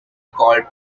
called